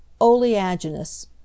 oleaginous